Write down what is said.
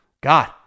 God